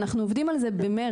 ואנחנו עובדים על זה במרץ.